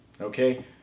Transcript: okay